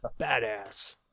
badass